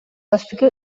бастакы